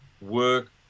work